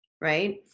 right